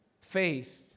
Faith